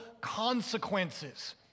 consequences